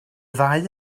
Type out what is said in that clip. ddau